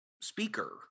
speaker